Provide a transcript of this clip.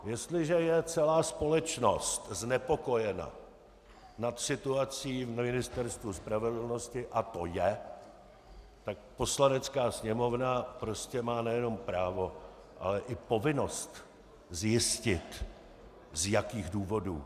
Jestliže je celá společnost znepokojena situací na Ministerstvu spravedlnosti, a to je, tak Poslanecká sněmovna má prostě nejenom právo, ale i povinnost zjistit, z jakých důvodů.